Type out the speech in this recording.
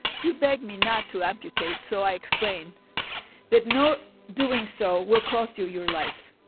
you beg me not to amputate, so i explain that no doing so will cost you your life.